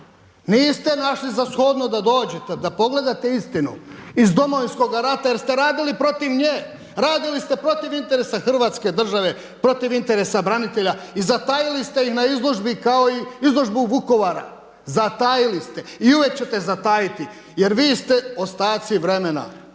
Niste našli za shodno da dođete, da pogledate istinu iz Domovinskoga rata jer ste radili protiv nje, radili ste protiv interesa Hrvatske države, protiv interesa branitelja i zatajili ste ih na izložbi kao i izložbu Vukovara, zatajili ste i uvijek ćete zatajiti jer vi ste ostaci vremena